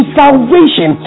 salvation